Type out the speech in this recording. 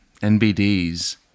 nbds